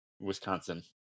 Wisconsin